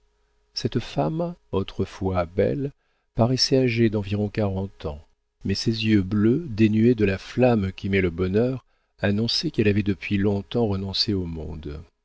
cette femme autrefois belle paraissait âgée d'environ quarante ans mais ses yeux bleus dénués de la flamme qu'y met le bonheur annonçaient qu'elle avait depuis longtemps renoncé au monde